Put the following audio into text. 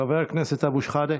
חבר הכנסת אבו שחאדה.